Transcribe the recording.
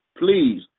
Please